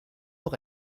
nous